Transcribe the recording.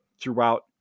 throughout